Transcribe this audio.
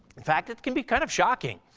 in fact it can be kind of shocking.